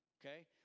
Okay